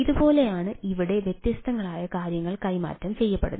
ഇതുപോലെയാണ് ഇവിടെ വ്യത്യസ്തങ്ങളായ കാര്യങ്ങൾ കൈമാറ്റം ചെയ്യപ്പെടുന്നത്